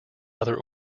other